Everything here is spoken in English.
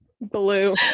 blue